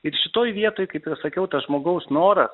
ir šitoj vietoj kaip ir sakiau tas žmogaus noras